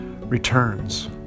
returns